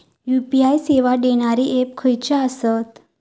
UPI सेवा देणारे app खयचे आसत?